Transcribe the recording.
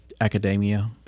academia